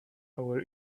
over